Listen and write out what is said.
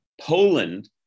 Poland